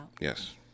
Yes